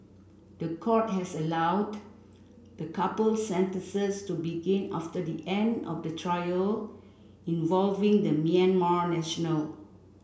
the court has allowed the couple's sentences to begin after the end of the trial involving the Myanmar national